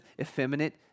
effeminate